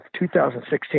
2016